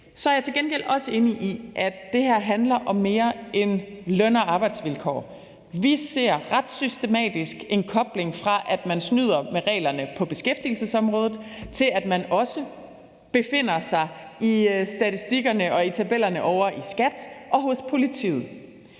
Så er jeg til gengæld også enig i, at det her handler om mere end løn- og arbejdsvilkår. Vi ser ret systematisk en kobling fra, at man snyder med reglerne på beskæftigelsesområdet, til, at man også befinder sig i statistikkerne og i tabellerne ovre hos skattemyndighederne og hos politiet.